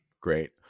great